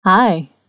Hi